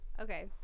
Okay